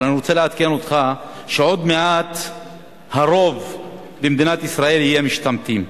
אבל אני רוצה לעדכן אותך שעוד מעט הרוב במדינת ישראל יהיה משתמטים,